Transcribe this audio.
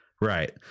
Right